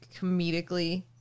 comedically